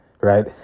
right